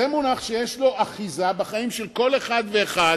זה מונח שיש לו אחיזה בחיים של כל אחד ואחד,